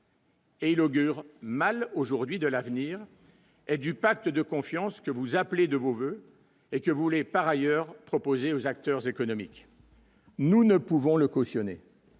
Et il augure mal aujourd'hui de l'avenir du pacte de confiance que vous appelez de vos voeux et que vous voulez par ailleurs proposé aux acteurs économiques. Nous ne pouvons le cautionner.